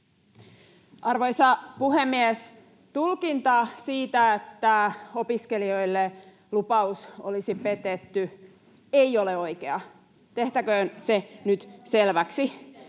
Arvoisa puhemies! Tulkinta siitä, että lupaus opiskelijoille olisi petetty, ei ole oikea, tehtäköön se nyt selväksi.